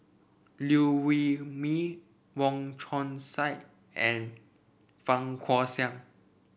Liew Wee Mee Wong Chong Sai and Fang Guixiang